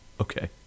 Okay